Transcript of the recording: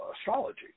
astrology